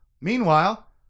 Meanwhile